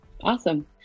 Awesome